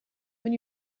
when